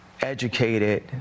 educated